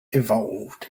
evolved